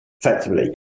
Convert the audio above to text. effectively